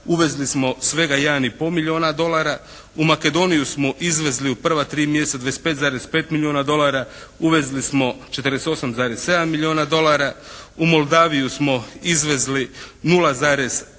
Uvezli smo svega jedan i pol milijuna dolara. U Makedoniju smo izvezli u prva tri mjeseca 25,5 milijuna dolara. Uvezli smo 48,7 milijuna dolara. U Moldaviju smo izvezli 0,3 milijuna dolara,